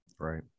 right